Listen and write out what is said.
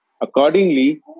Accordingly